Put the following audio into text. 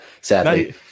Sadly